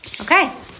okay